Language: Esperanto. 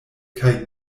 kaj